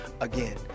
Again